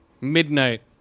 Midnight